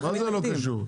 אנחנו מתנגדים.